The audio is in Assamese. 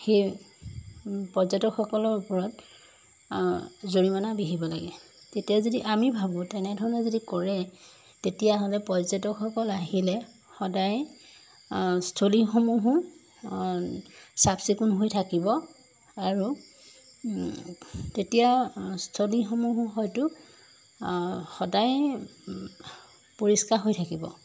সেই পৰ্যটকসকলৰ ওপৰত জৰিমনা বিহিব লাগে তেতিয়া যদি আমি ভাবোঁ তেনেধৰণে যদি কৰে তেতিয়াহ'লে পৰ্যটকসকল আহিলে সদায় স্থলীসমূহো চাফ চিকুণ হৈ থাকিব আৰু তেতিয়া স্থলীসমূহো হয়তো সদায় পৰিষ্কাৰ হৈ থাকিব